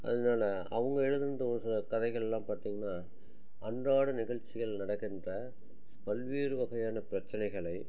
அதனால அவங்க எழுதினது ஒரு சில கதைகளெலாம் பார்த்தீங்கன்னா அன்றாட நிகழ்ச்சிகள் நடக்கின்ற பல்வேறு வகையான பிரச்சனைகளை